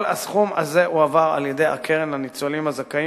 כל הסכום הזה הועבר על-ידי הקרן לניצולים הזכאים